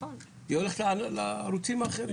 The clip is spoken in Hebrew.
היא הולכת לערוצים האחרים,